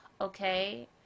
okay